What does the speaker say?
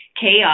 chaos